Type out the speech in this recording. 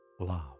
love